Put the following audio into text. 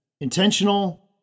intentional